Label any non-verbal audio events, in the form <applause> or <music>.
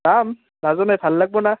যাম <unintelligible> ভাল লাগব না